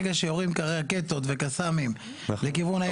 ברגע שיורים רקטות וקאסמים לכיוון העיר אשקלון.